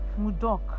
Mudok*